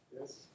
Yes